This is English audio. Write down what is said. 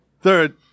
Third